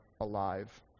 alive